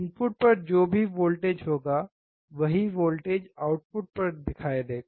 input पर जो भी वोल्टेज होगा वही वोल्टेज आउटपुट पर दिखाई देगा